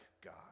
God